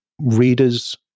reader's